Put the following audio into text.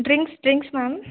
్రింక్స్ drinks మమ్